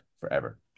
forever